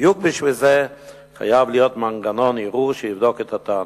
בדיוק בשביל זה חייב להיות מנגנון ערעור שיבדוק את הטענות.